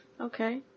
Okay